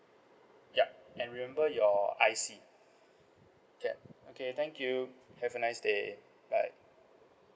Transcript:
yup and remember your I_C yup okay thank you have a nice day bye